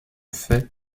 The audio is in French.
fait